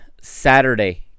Saturday